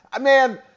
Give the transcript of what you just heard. Man